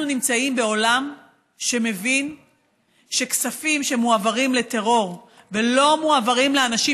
אנחנו נמצאים בעולם שמבין שכספים שמועברים לטרור ולא מועברים לאנשים